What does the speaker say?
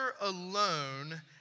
alone